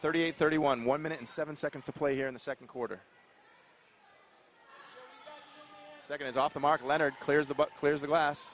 thirty eight thirty one one minute and seven seconds to play here in the second quarter second is off the mark leonard clears the but clear the glass